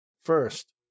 First